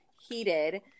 heated